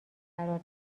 قرار